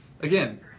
again